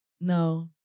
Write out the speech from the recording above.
no